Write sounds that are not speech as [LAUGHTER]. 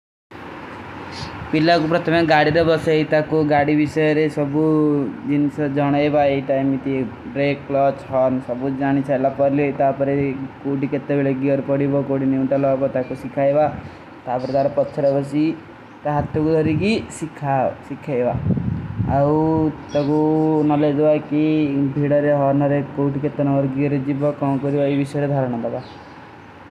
ପିଲା କୋ ପ୍ରତମେଂ ଗାଡୀ ଦେ ବସେ ହୈ, ତାକୋ ଗାଡୀ ଵିଶେରେ ସବୂ ଜିନସ ଜନେଵା ଏକ ଟାଇମ ମେଂ ଥୀ। ଡ୍ରେକ, କ୍ଲଚ, ହର୍ନ ସବୂ ଜାନୀ ଚାହିଲା ପରଲୀ ହୈ, ତାପରେ କୋଡୀ କୈତେ ଵିଲେ ଗୀର ପଡୀବା। ତାପରେ ଦାର ପଚ୍ଛର ବସୀ, ତାପରେ ଦାର ପଚ୍ଛର ବସୀ, ତାପରେ ଦାର ପଚ୍ଛର ବସୀ, ତାପରେ ଦାର ପଚ୍ଛର ବସୀ। [UNINTELLIGIBLE]